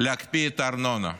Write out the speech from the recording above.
להקפיא את הארנונה,